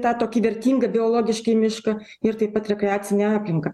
tą tokį vertingą biologiškai mišką ir taip pat rekreacinę aplinką